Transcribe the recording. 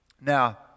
Now